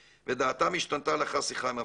ודעתם השתנתה לאחר שיחה עם המפקדים.